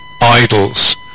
idols